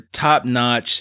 top-notch